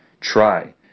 Try